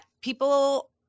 people